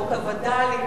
חוק הווד"לים,